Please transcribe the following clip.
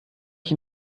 ich